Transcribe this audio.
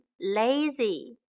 lazy